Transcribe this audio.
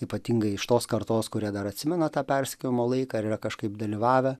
ypatingai iš tos kartos kurie dar atsimena tą persekiojimo laiką ir yra kažkaip dalyvavę